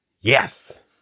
Yes